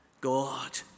God